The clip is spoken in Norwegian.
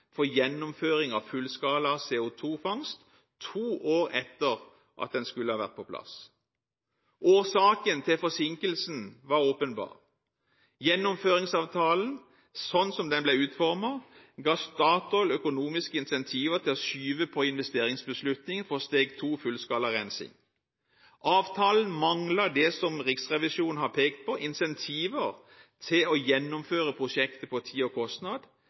for gjennomføring av fullskala CO2-fangst to år etter at den skulle ha vært på plass. Årsaken til forsinkelsen var åpenbar: Gjennomføringsavtalen, slik den ble utformet, ga Statoil økonomiske incentiver til å skyve på investeringsbeslutningen for Steg 2 Fullskala rensing. Avtalen mangler, som Riksrevisjonen har pekt på, incentiver til å gjennomføre prosjektet på tid og kostnad,